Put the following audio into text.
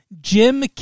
Jim